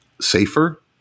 safer